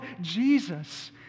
Jesus